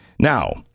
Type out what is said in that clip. Now